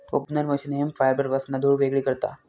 opener machine hemp फायबरपासना धुळ वेगळी करता